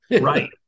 Right